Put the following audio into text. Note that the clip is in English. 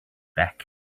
back